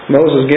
Moses